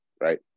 right